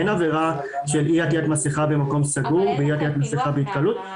אין עבירה של אי עטיית מסכה במקום סגור ואי עטיית מסכה בהתקהלות.